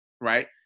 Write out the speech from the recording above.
right